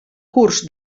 curs